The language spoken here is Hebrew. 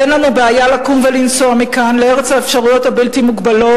ואין לנו בעיה לקום ולנסוע מכאן לארץ האפשרויות הבלתי-מוגבלות,